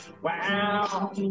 wow